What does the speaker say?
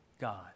God